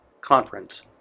conference